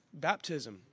baptism